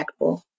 impactful